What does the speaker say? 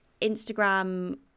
Instagram